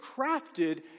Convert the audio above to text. crafted